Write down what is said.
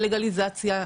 הלגליזציה,